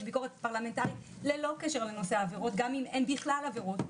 ביקורת פרלמנטרית ללא קשר לנושא העבירות גם אם אין בכלל עבירות.